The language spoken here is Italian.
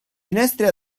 finestre